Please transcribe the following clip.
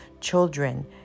children